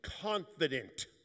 confident